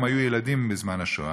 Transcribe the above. הם היו ילדים בזמן השואה,